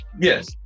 Yes